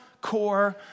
core